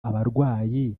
abarwayi